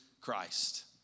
Christ